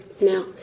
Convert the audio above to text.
now